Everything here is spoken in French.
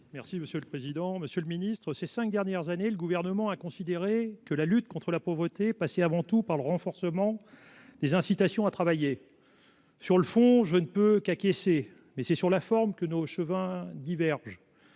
Cozic, sur l'article. Monsieur le ministre, ces cinq dernières années, le Gouvernement a considéré que la lutte contre la pauvreté passait avant tout par le renforcement des incitations à travailler. Sur le fond, je ne peux qu'acquiescer. En revanche, sur la forme, nos chemins divergent.